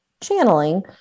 channeling